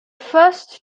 first